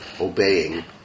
obeying